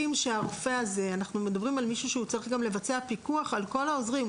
אנחנו מדברים על מישהו שצריך לבצע פיקוח על כל העוזרים.